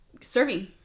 serving